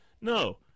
No